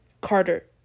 Carter